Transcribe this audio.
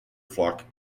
flock